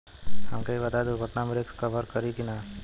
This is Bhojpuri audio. हमके ई बताईं दुर्घटना में रिस्क कभर करी कि ना?